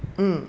mm